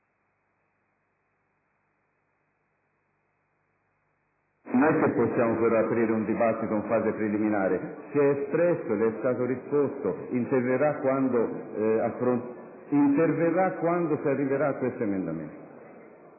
ma non possiamo aprire un dibattito in fase preliminare. Lei si è espresso, le è stato risposto; interverrà quando si arriverà a questo emendamento.